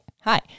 hi